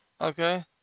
okay